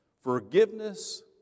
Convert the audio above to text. Forgiveness